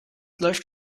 läuft